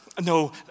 no